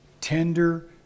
tender